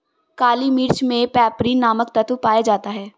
काली मिर्च मे पैपरीन नामक तत्व पाया जाता है